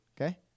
Okay